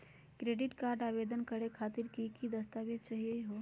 Credit card आवेदन करे खातीर कि क दस्तावेज चाहीयो हो?